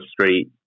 street